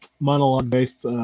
monologue-based